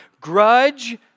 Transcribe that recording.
grudge